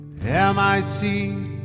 M-I-C